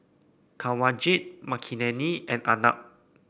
Kanwaljit Makineni and Arnab